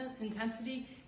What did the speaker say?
intensity